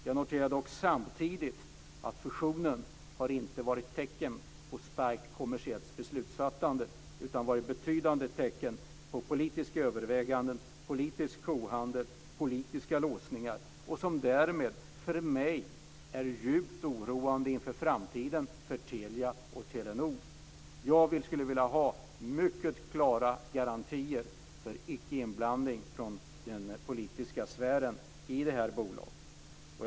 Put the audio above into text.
Jag noterar dock samtidigt att fusionen inte har varit tecken på ett starkt kommersiellt beslutsfattande, utan den har varit ett tecken på politiska överväganden, politisk kohandel och politiska låsningar. För mig är detta djupt oroande inför framtiden för Telia och Telenor. Jag skulle vilja ha klara garantier för att det icke ska vara någon inblandning från den politiska sfären i det här bolaget.